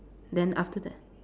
then after that